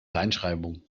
kleinschreibung